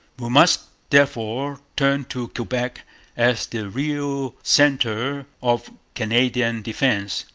we must therefore turn to quebec as the real centre of canadian defence,